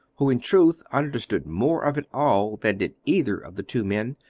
who in truth understood more of it all than did either of the two men.